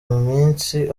minsi